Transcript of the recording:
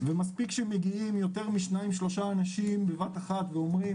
ומספיק שמגיעים יותר משניים-שלושה אנשים בבת אחת ואומרים